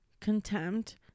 contempt